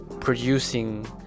producing